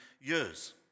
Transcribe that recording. years